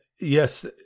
Yes